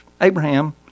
Abraham